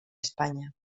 españa